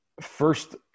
first